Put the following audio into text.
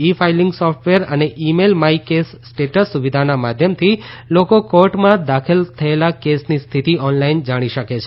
ઇ filing software અને email my case status સુવિધાના માધ્યમથી લોકો કોર્ટમાં દાખલ થયેલા કેસની સ્થિતિ ઓનલાઇન જાણી શકે છે